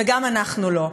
וגם אנחנו לא.